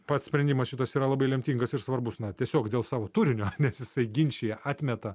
pats sprendimas šitas yra labai lemtingas ir svarbus na tiesiog dėl savo turinio nes jisai ginčija atmeta